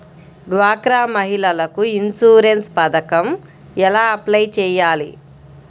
డ్వాక్రా మహిళలకు ఇన్సూరెన్స్ పథకం ఎలా అప్లై చెయ్యాలి?